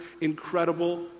incredible